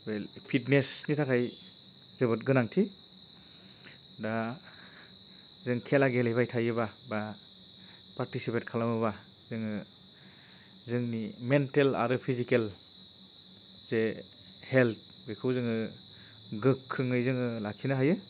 फिटनेसनि थाखाय जोबोद गोनांथि दा जों खेला गेलेबाय थायोबा एबा पार्टिसिपेट खालामोबा जोङो जोंनि मेन्टेल आरो फिजिकेल जे हेल्थ बेखौ जोङो गोख्रोङै जोङो लाखिनो हायो